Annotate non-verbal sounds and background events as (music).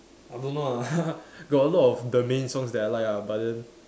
I don't know ah (laughs) got a lot of the Maine song that I like ah but then